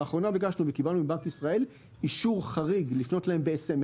לאחרונה ביקשנו וקיבלנו מבנק ישראל אישור חריג לפנות אליהם ב-SMS